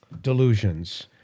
delusions